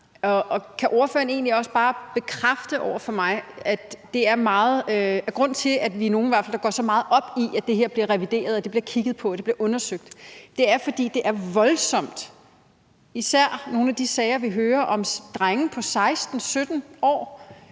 om ordføreren egentlig også bare kan bekræfte noget over for mig. Grunden til, at vi i hvert fald er nogle, der går så meget op i, at det her bliver revideret, at det bliver kigget på, og at det bliver undersøgt, er, at det er voldsomt – især nogle af de sager, vi hører om drenge på 16-17 år,